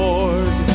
Lord